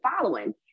following